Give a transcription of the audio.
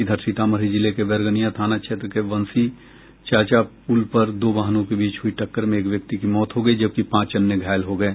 इधर सीतामढ़ी जिले के बैरगनिया थाना क्षेत्र के बंसीचाचा पूल पर दो वाहनों के बीच हयी टक्कर में एक व्यक्ति की मौत हो गयी जबकि पांच अन्य घायल हो गये